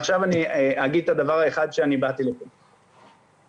עכשיו אומר את הדבר האחד שבאתי להגיד,